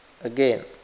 Again